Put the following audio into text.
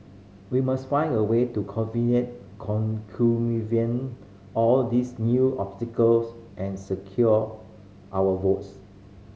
we must find a way to all these new obstacles and secure our votes